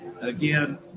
again